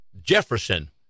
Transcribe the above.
Jefferson